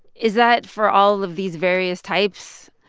is that for all of these various types?